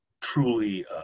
truly